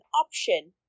option